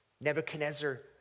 Nebuchadnezzar